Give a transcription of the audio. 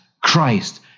Christ